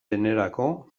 denerako